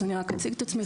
אז אני רק אציג את עצמי,